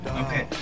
Okay